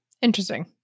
Interesting